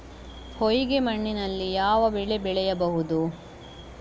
ಹೊಯ್ಗೆ ಮಣ್ಣಿನಲ್ಲಿ ಯಾವ ಬೆಳೆ ಬೆಳೆಯಬಹುದು?